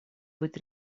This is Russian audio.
быть